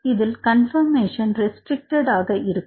இதில் கன்பர்மேஷன் ரெஸ்ட்ரிக்ட்ஆக இருக்கும்